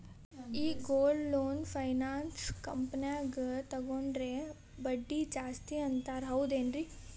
ಈ gold loan finance ಕಂಪನ್ಯಾಗ ತಗೊಂಡ್ರೆ ಬಡ್ಡಿ ಜಾಸ್ತಿ ಅಂತಾರ ಹೌದೇನ್ರಿ?